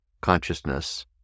consciousness